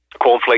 Cornflake